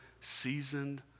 seasoned